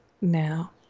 now